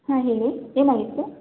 ಹಾಂ ಹೇಳಿ ಏನಾಗಿತ್ತು